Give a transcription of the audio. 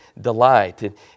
delight